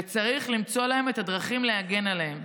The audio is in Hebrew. וצריך למצוא את הדרכים להגן עליהם.